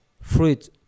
fruit